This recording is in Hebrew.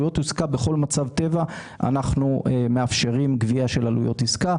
בכל מצב טבע אנחנו מאפשרים גבייה של עלויות עסקה,